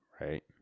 Right